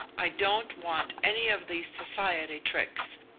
i don't want any of these society tricks.